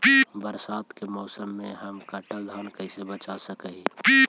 बरसात के मौसम में हम कटल धान कैसे बचा सक हिय?